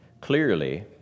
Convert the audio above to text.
Clearly